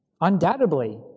Undoubtedly